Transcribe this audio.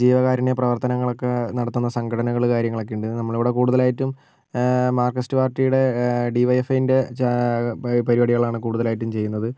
ജീവകാരുണ്യ പ്രവർത്തനങ്ങളൊക്കെ നടത്തുന്ന സംഘടനകൾ കാര്യങ്ങളൊക്കെയുണ്ട് നമ്മുടെ ഇവിടെ കൂടുതലായിട്ടും മാർക്സിസ്റ്റ് പാർട്ടീടെ ഡീ വൈ എഫ് ഐൻ്റെ ചാ പരിപാടികളാണ് കൂടുതലായിട്ടും ചെയ്യുന്നത്